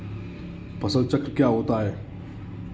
फसल चक्र क्या होता है?